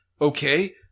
Okay